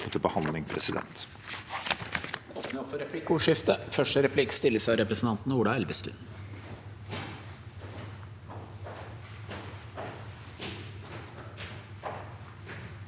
til behandling. Presidenten